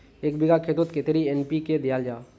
एक बिगहा खेतोत कतेरी एन.पी.के दियाल जहा?